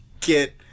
Get